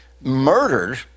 murdered